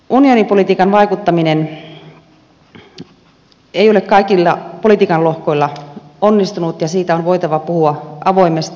suomen unionipolitiikkaan vaikuttaminen ei ole kaikilla politiikanlohkoilla onnistunut ja siitä on voitava puhua avoimesti